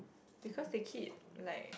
because they keep like